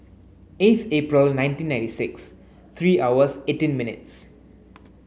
eighth April nineteen ninety six three hours eighteen minutes